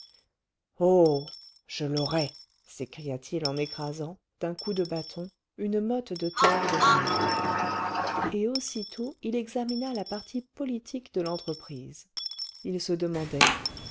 oh je l'aurai s'écria-t-il en écrasant d'un coup de bâton une motte de terre devant lui et aussitôt il examina la partie politique de l'entreprise il se demandait